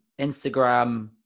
Instagram